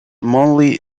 monthly